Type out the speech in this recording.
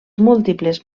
múltiples